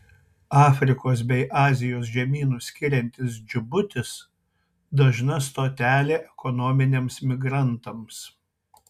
afrikos bei azijos žemynus skiriantis džibutis dažna stotelė ekonominiams migrantams